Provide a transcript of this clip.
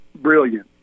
brilliant